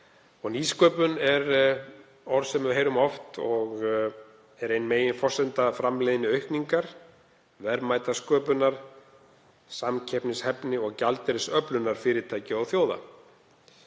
Nýsköpun er orð sem við heyrum oft og er ein meginforsenda framleiðniaukningar, verðmætasköpunar, samkeppnishæfni og gjaldeyrisöflunar fyrirtækja og þjóða.